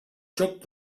joc